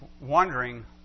wondering